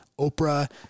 Oprah